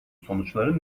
sonuçları